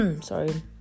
sorry